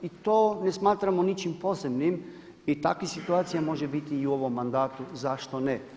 I to ne smatramo ničim posebnim i takvih situacija može biti i u ovom mandatu zašto ne.